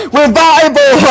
revival